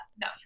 No